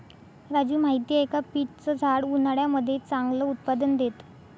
राजू माहिती आहे का? पीच च झाड उन्हाळ्यामध्ये चांगलं उत्पादन देत